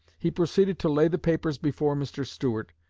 he proceeded to lay the papers before mr. stuart,